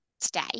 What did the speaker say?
today